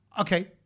Okay